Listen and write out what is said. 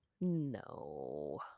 no